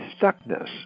stuckness